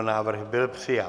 Návrh byl přijat.